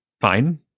Fine